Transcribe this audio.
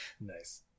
Nice